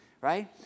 right